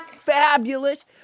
Fabulous